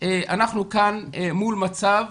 אנחנו כאן מול מצב